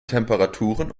temperaturen